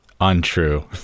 untrue